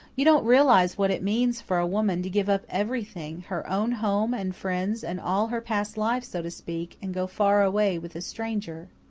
you don't realize what it means for a woman to give up everything her own home and friends and all her past life, so to speak, and go far away with a stranger.